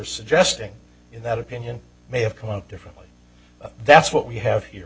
suggesting that opinion may have come out differently that's what we have here